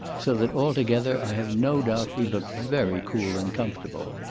so that altogether i have no doubt we looked very cool and comfortable.